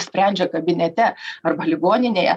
sprendžia kabinete arba ligoninėje